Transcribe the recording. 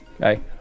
Okay